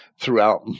throughout